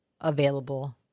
available